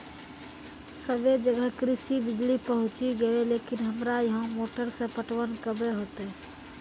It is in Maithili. सबे जगह कृषि बिज़ली पहुंची गेलै लेकिन हमरा यहाँ मोटर से पटवन कबे होतय?